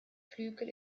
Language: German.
flügel